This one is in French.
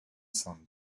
sant